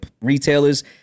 retailers